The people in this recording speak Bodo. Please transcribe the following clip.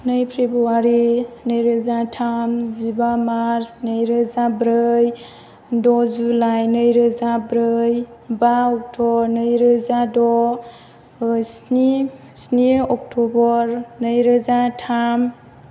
नै फेब्रुवारि नैरोजा थाम जिबा मार्स नैरोजा ब्रै द' जुलाइ नैरोजा ब्रै बा अक्ट'बर नैरोजा द' स्नि अक्ट'बर नैरोजा थाम